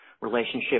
relationship